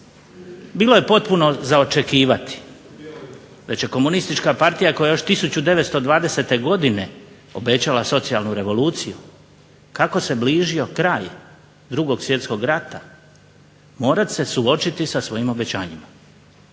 Bilo je potpuno za očekivati da će Komunistička partije koja je još 1920. godine obećala socijalnu revoluciju, kako se bližio kraj 2. svjetskog rata morat će se suočiti sa svojim obećanjima.